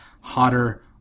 hotter